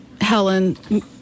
Helen